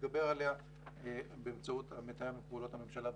להתגבר עליה באמצעות מתאם פעולות הממשלה בשטחים.